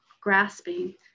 grasping